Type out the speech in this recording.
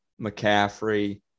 McCaffrey